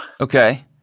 Okay